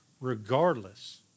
regardless